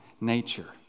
nature